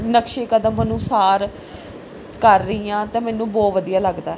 ਨਕਸ਼ੇ ਕਦਮ ਅਨੁਸਾਰ ਕਰ ਰਹੀ ਹਾਂ ਅਤੇ ਮੈਨੂੰ ਬਹੁਤ ਵਧੀਆ ਲੱਗਦਾ ਆ